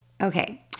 Okay